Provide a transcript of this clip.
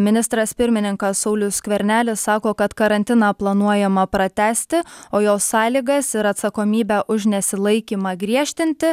ministras pirmininkas saulius skvernelis sako kad karantiną planuojama pratęsti o jo sąlygas ir atsakomybę už nesilaikymą griežtinti